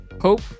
hope